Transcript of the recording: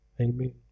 Amen